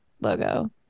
logo